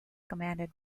commanded